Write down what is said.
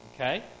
Okay